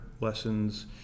lessons